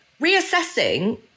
reassessing